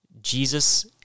Jesus